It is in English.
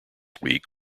week